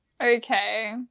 okay